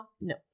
No